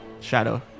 shadow